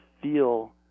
feel